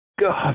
God